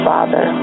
Father